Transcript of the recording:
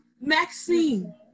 Maxine